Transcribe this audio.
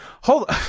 Hold